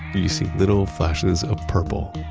you see little flashes of purple.